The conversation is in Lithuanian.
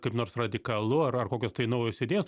kaip nors radikalu ar ar kokios naujos idėjos